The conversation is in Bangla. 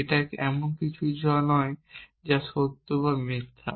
এটা এমন কিছু নয় যা সত্য বা মিথ্যা